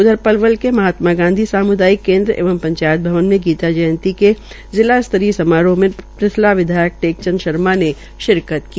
उधर पलवल में महात्मा गांधी साम्दायिक केन्द्र एवं पंचायत भवन में गीता जयंती के जिला स्तरीय समारोह में पृथला विधायक टेक चंद शर्मा ने शिरकत की